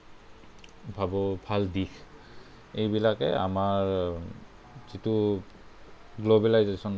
ভাবোঁ ভাল দিশ এইবিলাকেই আমাৰ যিটো গ্ল'বেলাইজেছ্ন বা বিশ্বায়ন